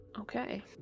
Okay